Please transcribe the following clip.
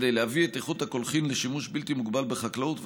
כדי להביא את הקולחים לאיכול של שימוש בלתי מוגבל בחקלאות,